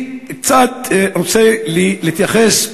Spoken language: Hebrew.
אני רוצה קצת להתייחס,